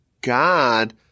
God